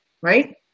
right